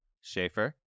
Schaefer